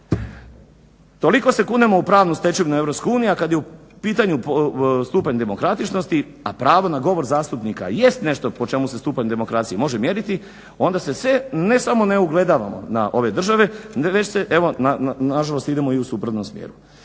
Toliko se kunemo u pravnu stečevinu EU a kada je u pitanju stupanj demokratičnosti, a pravo na govor zastupnika jest nešto po čemu se stupanj demokracije može mjeriti onda se sve ne samo ne ugledavamo na ove države već se nažalost idemo i u suprotnom smjeru.